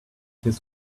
his